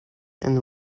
and